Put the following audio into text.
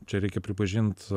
čia reikia pripažint